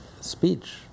speech